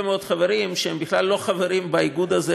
מאוד חברים שהם בכלל לא חברים באיגוד הזה,